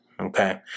okay